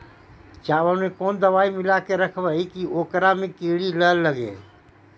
चावल में कोन दबाइ मिला के रखबै कि ओकरा में किड़ी ल लगे?